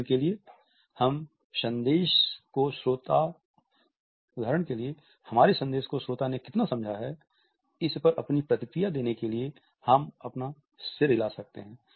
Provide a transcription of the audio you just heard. उदाहरण के लिए हमारे संदेश को श्रोता ने कितना समझा है इस पर अपनी प्रतिक्रिया देने के लिए हम अपना सिर हिला सकते हैं